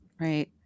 Right